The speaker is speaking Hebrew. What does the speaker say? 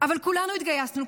אבל כולנו התגייסנו,